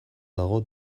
dago